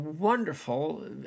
Wonderful